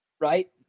right